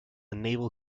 naval